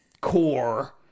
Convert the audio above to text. Core